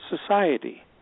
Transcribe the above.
society